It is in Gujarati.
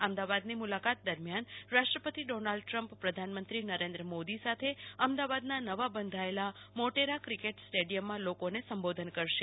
અમદાવાદની મુલાકાત દરમિયાન રાષ્ટ્રપતિ ડોનાલ્ડ ટ્રમ્પ પ્રધાન મંત્રી નરેન્દ્ર મોદી સાથે અમદાવાદના મોટેરા ક્રિકેટ સ્ટેડિયમ માં લોકોને સંબોધન કરશે